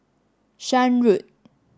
Shan Road